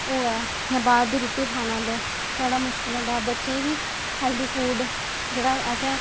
होवे जां बाहर दी रूट्टी खाना ओल्ले बड़ा मुश्कल होंदा हा बच्चें गी बी हेल्दी फूड जेह्ड़ा असें